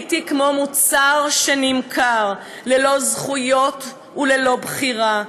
הייתי כמו מוצר שנמכר ללא זכויות וללא בחירה.